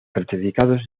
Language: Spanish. certificados